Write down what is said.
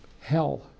hell